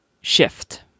shift